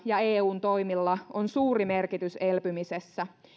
ja eun toimilla on suuri merkitys elpymisessä